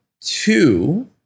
two